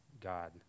God